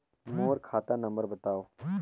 मोर खाता नम्बर बताव?